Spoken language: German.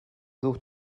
such